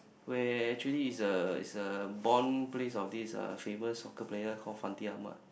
where actually it's a it's a born place of this uh famous soccer player called Fandi-Ahmad